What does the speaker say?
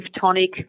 tonic